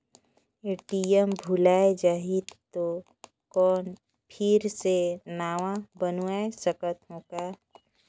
ATM भुलाये जाही तो कौन फिर से नवा बनवाय सकत हो का?